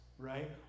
right